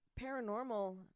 paranormal